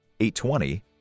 820